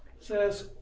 says